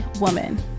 woman